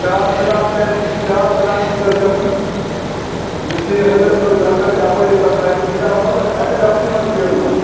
چار چِنار چھُ اَسہِ چار چِنار تہِ چھُ اَسہِ گژھُن أسۍ چھِ یہِ حضرت بل درگاہ تہِ اَپٲری تَرُن اَسہِ چھِ نِشاط منٛز اَسہِ چھُ ڈلسٕے منٛز پھیرُن حظ